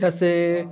जैसे